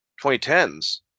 2010s